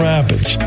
Rapids